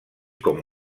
com